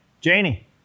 Janie